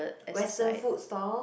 western food stall